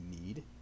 need